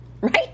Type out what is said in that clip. right